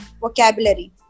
vocabulary